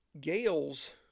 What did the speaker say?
Gales